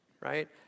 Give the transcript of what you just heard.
right